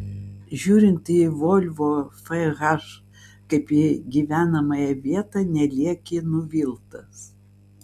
žiūrint į volvo fh kaip į gyvenamąją vietą nelieki nuviltas